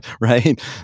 right